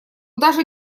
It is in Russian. даже